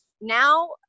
Now